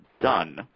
done